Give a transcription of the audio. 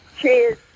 Cheers